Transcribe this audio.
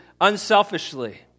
unselfishly